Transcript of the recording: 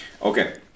Okay